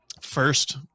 first